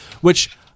which-